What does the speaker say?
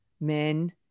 men